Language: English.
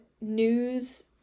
news